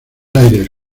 aires